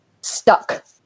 stuck